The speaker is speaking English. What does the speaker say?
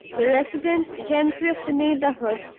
the resident gentry of the neighborhood,